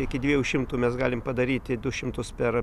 iki dviejų šimtų mes galim padaryti du šimtus per